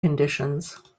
conditions